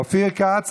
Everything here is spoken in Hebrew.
אופיר כץ,